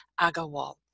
Agarwal